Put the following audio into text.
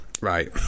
right